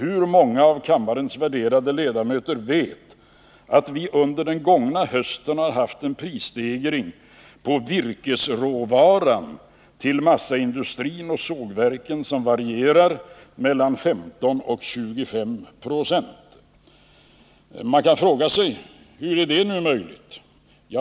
Hur många av kammarens värderade ledamöter vet att vi under den gångna hösten har haft en prisstegring på virkesråvaran till massaindustrin och sågverken som varierar mellan 15 och 25 26? Man kan fråga sig: Hur är det nu möjligt?